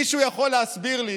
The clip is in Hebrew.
מישהו יכול להסביר לי